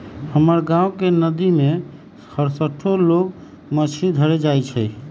हमर गांव के नद्दी में हरसठ्ठो लोग मछरी धरे जाइ छइ